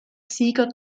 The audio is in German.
sieger